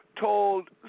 told